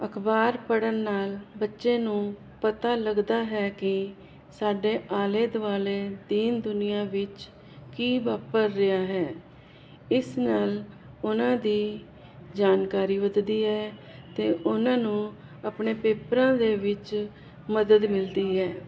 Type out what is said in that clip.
ਅਖਬਾਰ ਪੜਨ ਨਾਲ ਬੱਚੇ ਨੂੰ ਪਤਾ ਲੱਗਦਾ ਹੈ ਕਿ ਸਾਡੇ ਆਲੇ ਦੁਆਲੇ ਦੀਨ ਦੁਨੀਆ ਵਿੱਚ ਕੀ ਵਾਪਰ ਰਿਹਾ ਹੈ ਇਸ ਨਾਲ ਉਹਨਾਂ ਦੀ ਜਾਣਕਾਰੀ ਵੱਧਦੀ ਹੈ ਤੇ ਉਹਨਾਂ ਨੂੰ ਆਪਣੇ ਪੇਪਰਾਂ ਦੇ ਵਿੱਚ ਮਦਦ ਮਿਲਦੀ ਹੈ